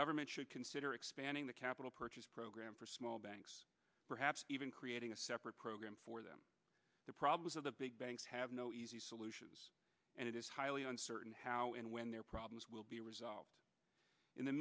government should consider expanding the capital purchase program for small banks perhaps even creating a separate program for them the problems of the big banks have no easy solutions and it is highly uncertain how and when their problems will be resolved in the